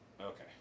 Okay